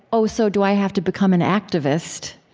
oh, so do i have to become an activist?